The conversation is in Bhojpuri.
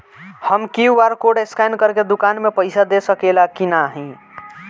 हम क्यू.आर कोड स्कैन करके दुकान में पईसा दे सकेला की नाहीं?